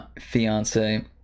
fiance